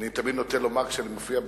כשאני מופיע,